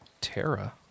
Terra